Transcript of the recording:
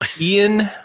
Ian